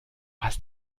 hast